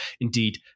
Indeed